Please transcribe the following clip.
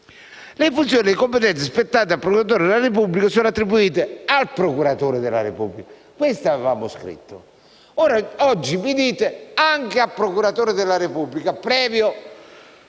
le funzioni di competenza spettanti al procuratore della Repubblica sono attribuite al procuratore della Repubblica. Questo avevamo scritto. Oggi mi dite «anche» al procuratore della Repubblica, previo